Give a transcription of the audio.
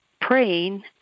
praying